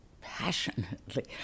passionately